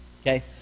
Okay